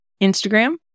Instagram